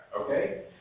Okay